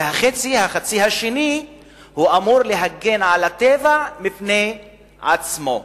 ובחצי השני הוא אמור להגן על הטבע מפני עצמו.